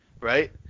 right